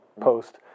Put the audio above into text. post